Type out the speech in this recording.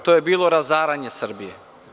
To je bilo razaranje Srbije.